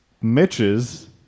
Mitch's